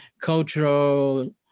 cultural